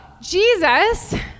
Jesus